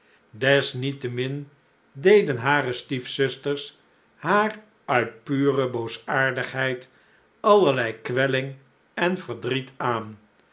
desniettemin deden hare stiefzusters haar uit pure boosaardigheid allerlei kwelling en verdriet aan